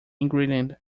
ingredient